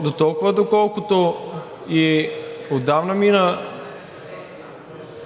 Дотолкова, доколкото и отдавна мина